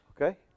Okay